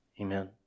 amen